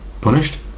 punished